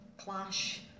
clash